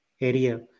area